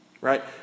right